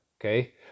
Okay